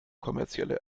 kommerzielle